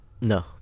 No